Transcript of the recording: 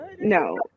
no